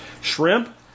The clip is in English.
Shrimp